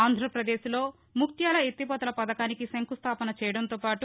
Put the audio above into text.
ఆంధ్రావదేశ్లో ముక్త్యాల ఎత్తిపోతల వథకానికి శంఖుస్థావన చేయడంతోపాటు